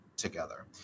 Together